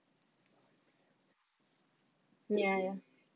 ya